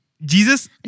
Jesus